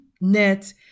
net